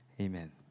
Amen